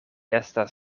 estas